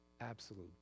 Absolute